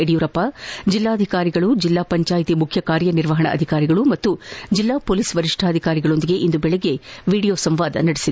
ಯಡಿಯೂರಪ್ಪ ಜಿಲ್ಲಾಧಿಕಾರಿಗಳು ಜಿಲ್ಲಾ ಪಂಚಾಯ್ತ ಮುಖ್ಯ ಕಾರ್ಯನಿರ್ವಹಣಾಧಿಕಾರಿಗಳು ಹಾಗೂ ಜಿಲ್ಲಾ ಪೊಲೀಸ್ ವರಿಷ್ಣಾಧಿಕಾರಿಗಳೊಂದಿಗೆ ವಿಡಿಯೋ ಸಂವಾದ ನಡೆಸಿದರು